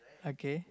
okay